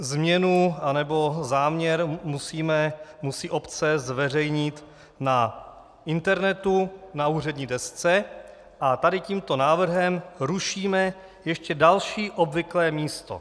Změnu a nebo záměr musí obce zveřejnit na internetu, na úřední desce a tady tímto návrhem rušíme ještě další obvyklé místo.